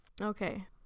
Okay